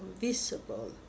visible